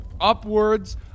upwards